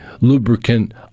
lubricant